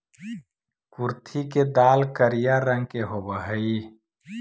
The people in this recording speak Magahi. कुर्थी के दाल करिया रंग के होब हई